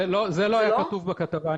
זה לא היה כתוב בכתבה.